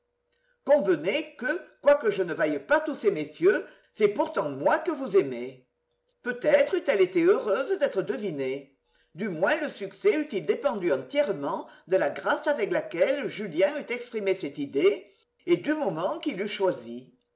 convenez que quoique je ne vaille pas tous ces messieurs c'est pourtant moi que vous aimez peut-être eût-elle été heureuse d'être devinée du moins le succès eût-il dépendu entièrement de la grâce avec laquelle julien eût exprimé cette idée et du moment qu'il eût choisi